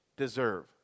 deserve